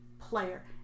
player